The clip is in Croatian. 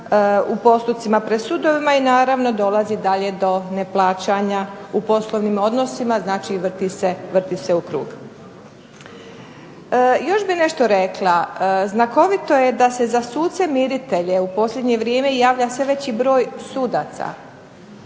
u postupcima pred sudovima i naravno dolazi dalje do neplaćanja u poslovnim odnosima. Znači, vrti se u krug. Još bih nešto rekla, znakovito je da se za suce miritelje u posljednje vrijeme javlja sve veći broj sudaca.